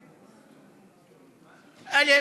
א.